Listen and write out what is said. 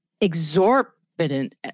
exorbitant